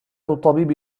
الطبيب